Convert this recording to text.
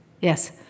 yes